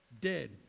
dead